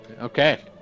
Okay